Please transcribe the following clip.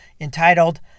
entitled